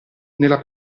nella